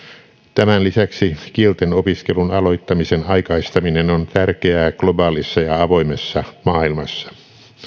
tämän lisäksi kieltenopiskelun aloittamisen aikaistaminen on tärkeää globaalissa ja avoimessa maailmassa